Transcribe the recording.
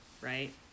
right